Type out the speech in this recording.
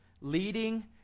leading